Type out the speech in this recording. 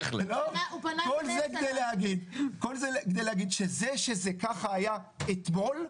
כל זה כדי להגיד שזה שככה זה היה אתמול,